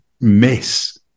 miss